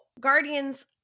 Guardians